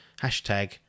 hashtag